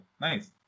Nice